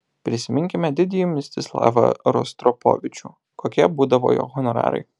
prisiminkime didįjį mstislavą rostropovičių kokie būdavo jo honorarai